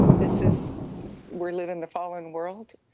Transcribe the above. this is we live in the fallen world.